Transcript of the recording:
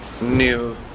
new